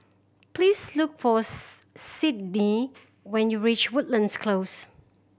please look for Sydnee when you reach Woodlands Close